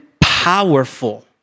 powerful